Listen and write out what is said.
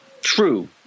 true